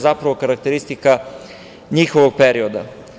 Zapravo, to je karakteristika njihovog perioda.